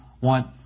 want